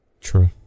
True